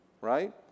Right